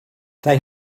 they